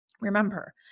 Remember